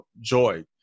joy